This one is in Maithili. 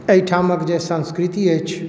अइठामक जे संस्कृति अछि